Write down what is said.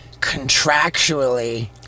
contractually